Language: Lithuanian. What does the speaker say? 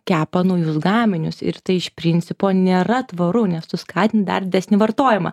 kepa naujus gaminius ir tai iš principo nėra tvaru nes tu skatini dar didesnį vartojimą